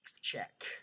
check